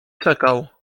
czekał